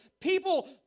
people